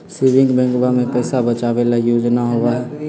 saving बैंकवा में पैसा बचावे ला योजना होबा हई